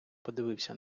подивився